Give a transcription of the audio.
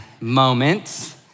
moment